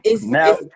Now